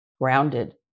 grounded